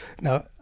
Now